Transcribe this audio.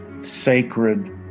sacred